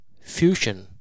Fusion